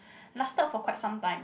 lasted for quite some time